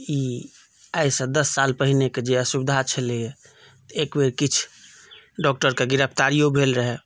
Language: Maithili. ई आइसँ दस साल पहिनेके जे असुविधा छलैये तऽ एकबेर किछु डॉक्टर के गिरफ्तारीयो भेल रहय